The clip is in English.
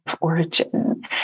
origin